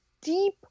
deep